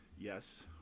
yes